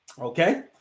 Okay